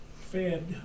fed